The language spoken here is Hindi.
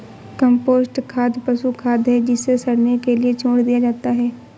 कम्पोस्ट खाद पशु खाद है जिसे सड़ने के लिए छोड़ दिया जाता है